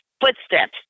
footsteps